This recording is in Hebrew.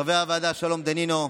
חברי הוועדה שלום דנינו,